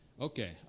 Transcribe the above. Okay